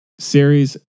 series